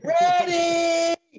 ready